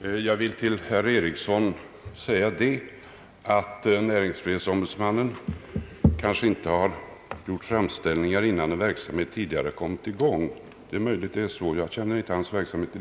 Herr talman! Jag vill till herr Ericsson säga att näringsfrihetsombudsmannen kanske inte tidigare har gjort framställningar innan en verksamhet kommit i gång. Det är möjligt att så inte skett — jag känner inte till näringsfrihetsombudsmannens verksamhet i